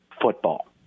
football